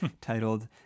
titled